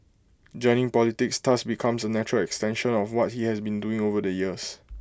joining politics thus becomes A natural extension of what he has been doing over the years